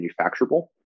manufacturable